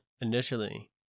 initially